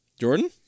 Jordan